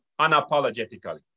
unapologetically